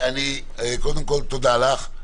קודם כול, תודה לך.